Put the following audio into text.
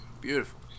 beautiful